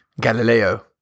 Galileo